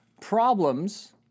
problems